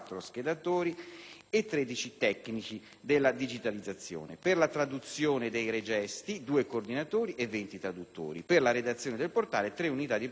e 13 tecnici della digitalizzazione; per la traduzione dei regesti: 2 coordinatori e 20 traduttori; per la redazione del portale: 3 unità di personale di redazione);